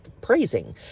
praising